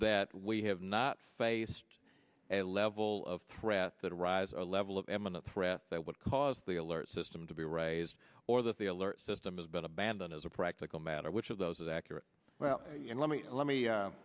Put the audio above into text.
that we have not faced a level of threat that arise our level of eminent threat that would cause the alert system to be raised or that the alert system has been abandoned as a practical matter which of those is accurate well you know let me let me